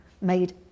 made